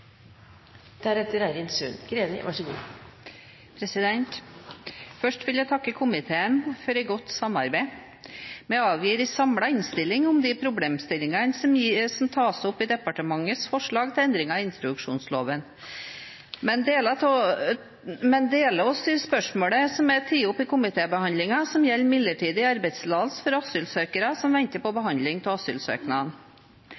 Først vil jeg takke komiteen for et godt samarbeid. Vi avgir en samlet innstilling om de problemstillingene som tas opp i departementets forslag til endringer i instruksjonsloven, men deler oss i et spørsmål som er tatt opp i komitébehandlingen som gjelder midlertidig arbeidstillatelse for asylsøkere som venter på